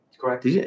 Correct